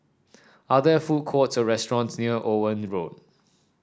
are there food courts or restaurants near Owen Road